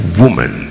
woman